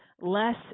less